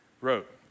wrote